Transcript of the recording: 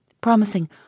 promising